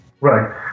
Right